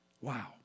Wow